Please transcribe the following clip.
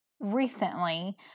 recently